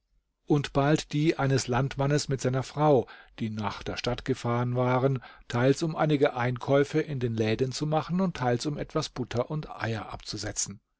und bald die eines landmannes mit seiner frau die nach der stadt gefahren waren teils um einige einkäufe in den läden zu machen und teils um etwas butter und eier abzusetzen